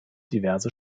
diverse